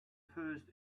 first